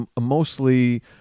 mostly